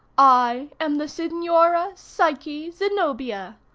i am the signora psyche zenobia.